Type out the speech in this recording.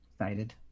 excited